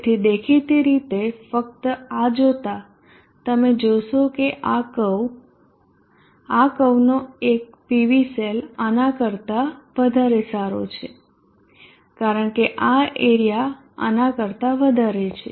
તેથી દેખીતી રીતે ફક્ત આ જોતા તમે જોશો કે આ કર્વ આ કર્વનો એક PV સેલ આના કરતા વધારે સારો છે કારણ કે આ એરીયા આનાં કરતા વધારે છે